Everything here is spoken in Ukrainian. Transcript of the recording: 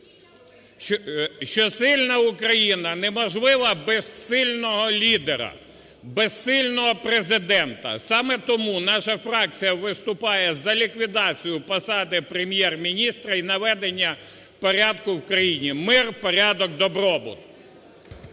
…що сильна Україна неможлива без сильного лідера, без сильного Президента. Саме тому наша фракція виступає за ліквідацію посади Прем'єр-міністра і наведення порядку в країні, мир, порядок, добробут.